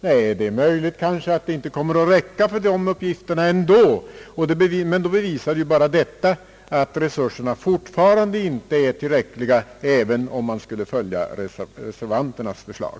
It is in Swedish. Nej, det är möjligt att det inte kommer att räcka ändå för de uppgifterna, men det bevisar ju bara att resurserna fortfarande inte är tillräckliga även om man skulle följa reservanternas förslag.